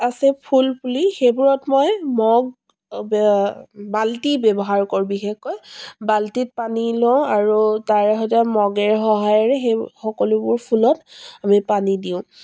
আছে ফুল পুলি সেইবোৰত মই মগ বাল্টি ব্যৱহাৰ কৰোঁ বিশেষকৈ বাল্টিত পানী লওঁ আৰু তাৰ সৈতে মগেৰে সহায়েৰে সেই সকলোবোৰ ফুলত আমি পানী দিওঁ